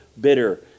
bitter